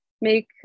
make